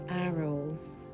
arrows